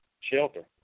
shelter